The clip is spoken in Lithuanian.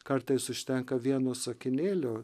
kartais užtenka vieno sakinėlio